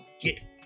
get